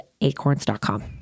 acorns.com